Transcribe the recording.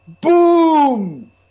Boom